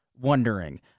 wondering